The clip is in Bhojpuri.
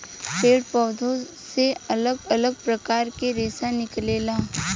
पेड़ पौधा से अलग अलग प्रकार के रेशा निकलेला